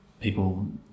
people